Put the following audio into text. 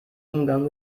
umgang